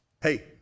Hey